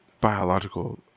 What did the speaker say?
biological